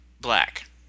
black